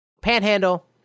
panhandle